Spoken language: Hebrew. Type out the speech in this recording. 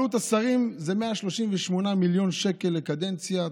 עלות השרים היא 138 מיליון שקל לקדנציה,